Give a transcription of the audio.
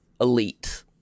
elite